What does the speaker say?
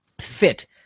fit